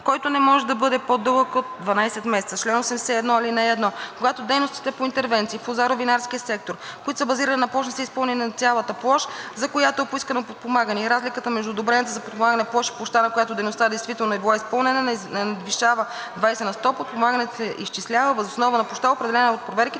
който не може да бъде по-дълъг от 12 месеца. Чл. 81. (1) Когато дейностите по интервенции в лозаро винарския сектор, които са базирани на площ, не са изпълнени на цялата площ, за която е поискано подпомагане, и разликата между одобрената за подпомагане площ и площта, на която дейността действително е била изпълнена, не надвишава 20 на сто, подпомагането се изчислява въз основа на площта, определена от проверките